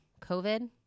covid